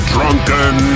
Drunken